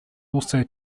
also